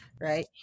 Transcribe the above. right